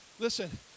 Listen